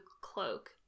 cloak